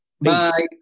bye